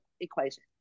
equation